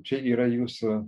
čia yra jūsų